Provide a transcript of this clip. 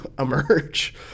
emerge